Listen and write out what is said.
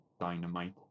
dynamite